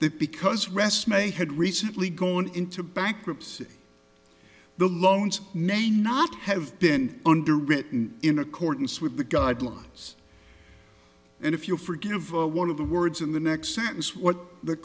that because rest may had recently gone into bankruptcy the loans name not have been under written in accordance with the guidelines and if you'll forgive one of the words in the next sentence what the